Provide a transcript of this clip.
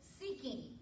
seeking